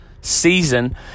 season